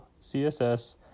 CSS